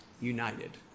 united